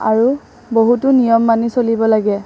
আৰু বহুতো নিয়ম মানি চলিব লাগে